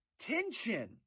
tension